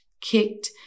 kicked